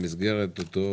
במסגרת אותו